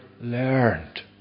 learned